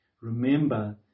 Remember